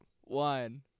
one